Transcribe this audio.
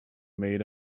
made